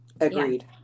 Agreed